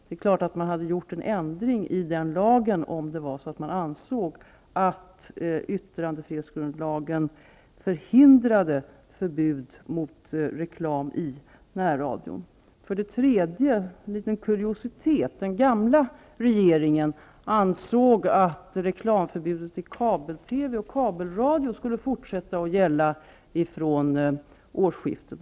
Det är klart att man hade ändrat den lagen om man hade ansett att yttrandefrihetsgrundlagen förhindrade förbud mot reklam i närradion. En liten kuriositet: Den gamla regeringen ansåg att reklamförbudet i kabel-TV och kabelradio skulle fortsätta att gälla från årsskiftet.